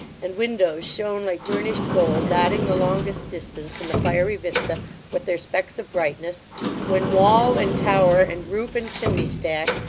and windows shone like burnished gold, dotting the longest distance in the fiery vista with their specks of brightness when wall and tower, and roof and chimney-stack,